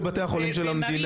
ומרין